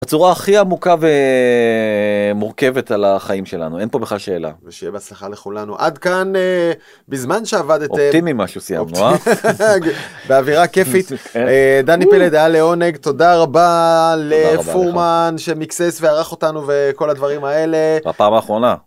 בצורה הכי עמוקה ומורכבת על החיים שלנו אין פה בכלל שאלה, ושיהיה בהצלחה לכולנו עד כאן בזמן שעבדתם, עובדים עם משהו סיימנו, האווירה כיפית דני פלד היה לעונג תודה רבה לפורמן שמיקסס וערך אותנו וכל הדברים האלה, הפעם האחרונה.